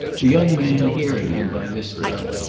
the young man, hearing him by this time,